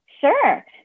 Sure